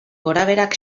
gorabeherak